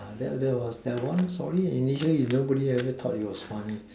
that that was that one for me initially nobody ever thought that it was funny